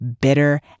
bitter